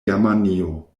germanio